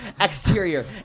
exterior